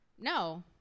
no